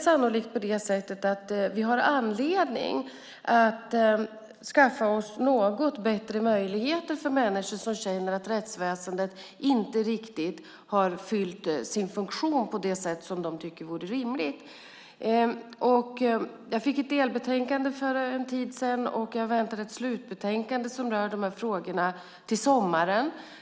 Sannolikt har vi anledning att skaffa något bättre möjligheter för människor som känner att rättsväsendet inte riktigt har fyllt sin funktion på det sätt som de tycker vore rimligt. Jag fick ett delbetänkande för en tid sedan, och jag väntar ett slutbetänkande som rör de här frågorna till sommaren.